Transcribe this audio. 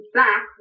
back